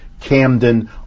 Camden